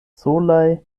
solaj